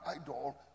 idol